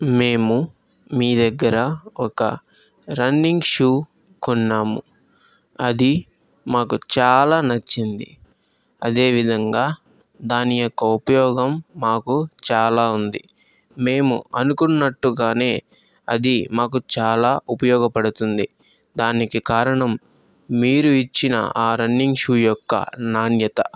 మేము మీ దగ్గర ఒక రన్నింగ్ షూ కొన్నాము అది మాకు చాలా నచ్చింది అదే విధంగా దాని యొక్క ఉపయోగం మాకు చాలా ఉంది మేము అనుకున్నట్టుగానే అది మాకు చాలా ఉపయోగపడుతుంది దానికి కారణం మీరు ఇచ్చిన ఆ రన్నింగ్ షూ యొక్క నాణ్యత